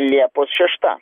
liepos šešta